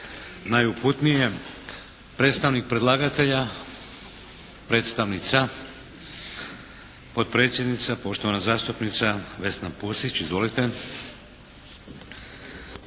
najuputnije. Predstavnik predlagatelja, predstavnica, potpredsjednica poštovana zastupnica Vesna Pusić. Izvolite.